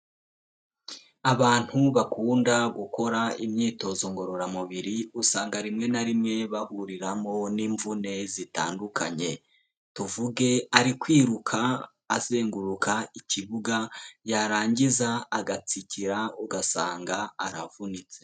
Abantu bakunda gukora imyitozo ngororamubiri usanga rimwe na rimwe bahuriramo n'imvune zitandukanye, tuvuge ari kwiruka azenguruka ikibuga, yarangiza agatsikira ugasanga aravunitse.